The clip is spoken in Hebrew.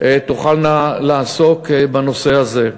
תוכל לעסוק בנושא הזה.